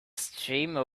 streamer